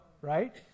right